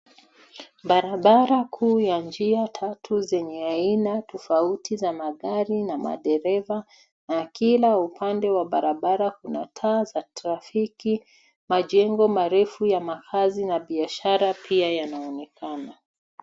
Barabara kuu ya njia tatu zenye aina tofauti za magari na madereva ,na Kila upande wa barabara Kuna taa za traffiki, majengo marefu ya makazi na biashara pia yanaonekana.